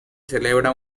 celebra